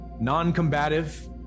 non-combative